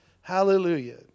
Hallelujah